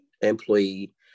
employee